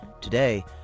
Today